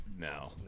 No